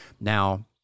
Now